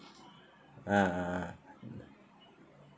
ah ah ah